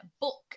book